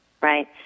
right